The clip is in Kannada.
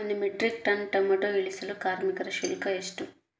ಒಂದು ಮೆಟ್ರಿಕ್ ಟನ್ ಟೊಮೆಟೊ ಇಳಿಸಲು ಕಾರ್ಮಿಕರ ಶುಲ್ಕ ಎಷ್ಟು?